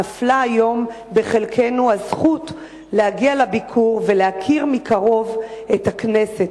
נפלה היום בחלקנו הזכות להגיע לביקור ולהכיר מקרוב את הכנסת.